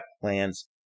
plans